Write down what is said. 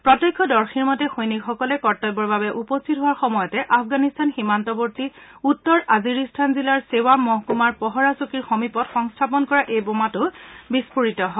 প্ৰত্যক্ষদৰ্শীৰ মতে সৈনিকসকলে কৰ্তব্যৰ বাবে উপস্থিত হোৱাৰ সময়তে আফগানিস্তান সীমান্তৱৰ্তী উত্তৰ আজিৰিস্তান জিলাৰ ছেৱা মহকুমাৰ পহৰা চকীৰ সমীপত সংস্থাপন কৰা এই বোমাটো বিস্ফোৰিত হয়